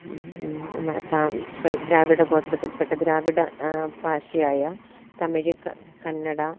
ദ്രാവിഡ ഗോത്രത്തിൽപ്പെട്ട ദ്രാവിഡ ഭാഷയായ തമിഴ് കന്നഡ